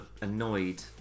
annoyed